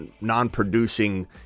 non-producing